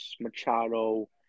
Machado